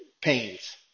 pains